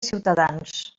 ciutadans